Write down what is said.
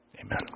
Amen